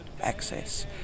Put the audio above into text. access